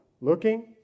looking